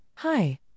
Hi